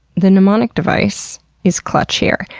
the mnemonic device is clutch here.